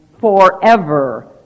forever